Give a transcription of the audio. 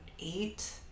eight